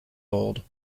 old